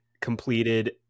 completed